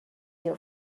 your